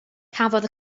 cafodd